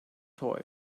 toy